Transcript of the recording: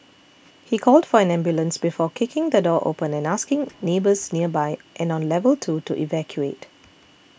he called for an ambulance before kicking the door open and asking neighbours nearby and on level two to evacuate